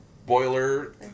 Boiler